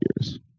years